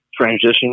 transition